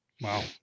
wow